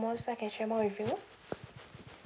more so I can share more with you